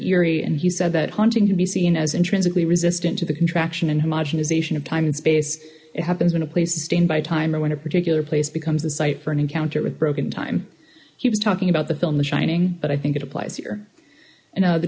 eerie and he said that haunting can be seen as intrinsically resistant to the contraction and homogenize ation of time and space it happens when a place sustained by time or when a particular place becomes the site for an encounter with broken time he was talking about the film the shining but i think it applies here you know the